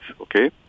okay